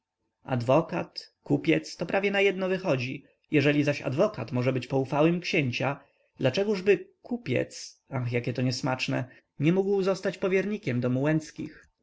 adwokat kupiec to prawie na jedno wychodzi jeżeli zaś adwokat może być poufałym księcia dlaczegóżby kupiec ach jakieto niesmaczne nie mógł zostać powiernikiem domu